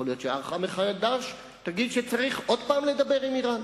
יכול להיות שהערכה מחדש תגיד שצריך עוד פעם לדבר עם אירן,